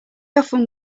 often